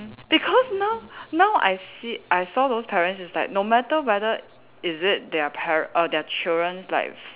because now now I see I saw those parents is like no matter whether is it their par~ err their children like